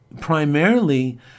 primarily